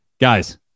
guys